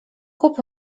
kup